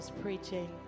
preaching